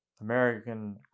American